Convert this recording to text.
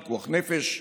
פיקוח נפש.